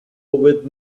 with